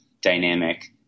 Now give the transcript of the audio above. dynamic